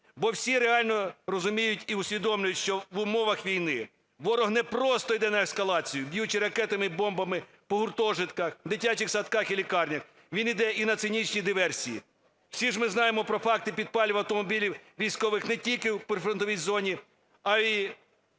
Бо всі реально розуміють і усвідомлюють, що в умовах війни ворог не просто іде на ескалацію, б'ючи ракетами, бомбами по гуртожитках, дитячих садках і лікарнях, він іде і на цинічні диверсії. Всі ж ми знаємо про факти підпалів автомобілів військових не тільки у прифронтовій зоні, а і